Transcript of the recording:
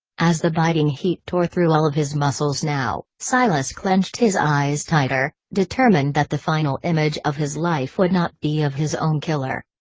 as the biting heat tore through all of his muscles now, silas clenched his eyes tighter, determined that the final image of his life would not be of his own killer.